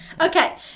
Okay